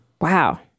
Wow